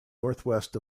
northwest